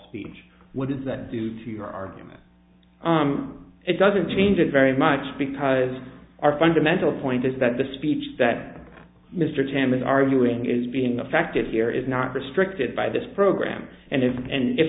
speech what does that do to your argument it doesn't change it very much because our fundamental point is that the speech that mr tamlyn arguing is being affected here is not restricted by this program and if